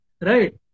Right